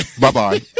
Bye-bye